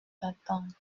d’attente